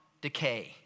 decay